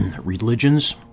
religions